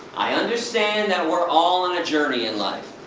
i understand that we are all on a journey in life.